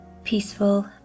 peaceful